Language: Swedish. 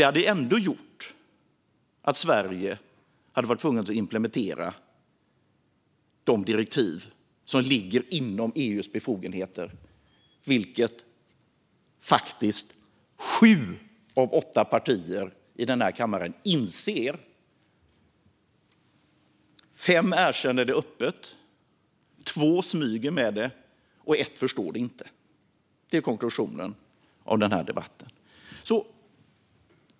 Det hade ändå gjort att Sverige hade varit tvunget att implementera de direktiv som ligger inom EU:s befogenheter, vilket sju av åtta partier i denna kammare inser. Fem partier erkänner det öppet, två smyger med det och ett förstår det inte. Det är konklusionen av den här debatten.